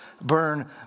burn